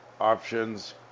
Options